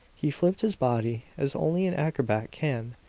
he flipped his body as only an acrobat can,